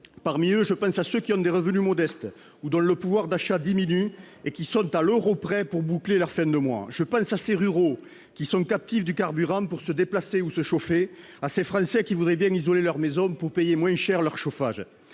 concitoyens. Je pense à ceux dont les revenus sont modestes ou dont le pouvoir d'achat diminue, et qui sont à l'euro près pour boucler leur fin de mois. Je pense à ces ruraux qui sont captifs du carburant pour se déplacer ou se chauffer, à ces Français qui voudraient bien isoler leur maison pour payer moins cher leur chauffage.